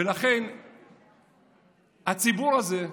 ולכן הציבור הזה,